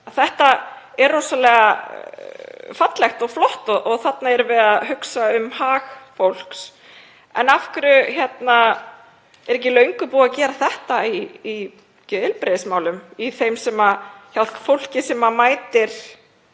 Þetta er rosalega fallegt og flott og þarna erum við að hugsa um hag fólks. En af hverju er ekki löngu búið að gera þetta í geðheilbrigðismálum, hjá þeim sem hjálpa fólki sem mætir